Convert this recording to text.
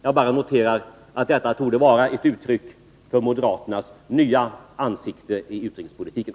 Jag bara noterar att detta torde vara ett uttryck för moderaternas nya ansikte i utrikespolitiken.